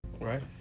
right